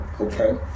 Okay